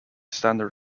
standard